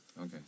Okay